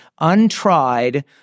untried